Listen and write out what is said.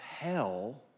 hell